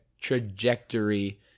trajectory